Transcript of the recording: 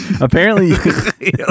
Apparently-